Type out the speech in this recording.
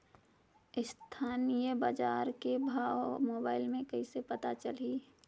स्थानीय बजार के भाव मोबाइल मे कइसे पता चलही?